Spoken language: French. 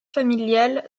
familiale